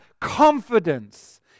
confidence